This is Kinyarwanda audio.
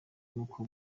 n’uko